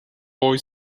boy